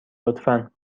لطفا